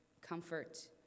comfort